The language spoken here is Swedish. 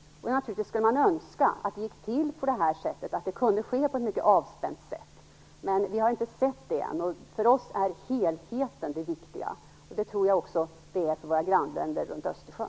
Man skulle naturligtvis önska att det kunde ske på ett mycket avspänt sätt, men vi har inte sett det ännu. För oss är helheten det viktiga. Det tror jag också att det är för våra grannländer runt Östersjön.